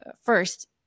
First